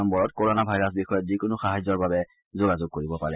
নম্বৰত corona virus বিষয়ক যিকোনো সাহায্যৰ বাবে যোগাযোগ কৰিব পাৰে